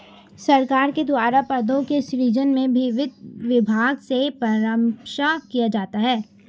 सरकार के द्वारा पदों के सृजन में भी वित्त विभाग से परामर्श किया जाता है